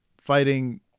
fighting